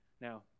Now